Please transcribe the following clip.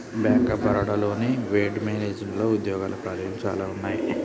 bank of Baroda లోని వెడ్ మేనేజ్మెంట్లో ఉద్యోగాల ఖాళీలు చానా ఉన్నయి